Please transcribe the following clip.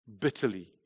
bitterly